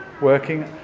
working